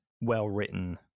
well-written